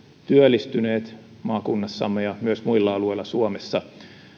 työllistyneet maakunnassamme ja myös muilla alueilla suomessa